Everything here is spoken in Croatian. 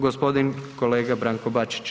Gospodin, kolega Branko Bačić.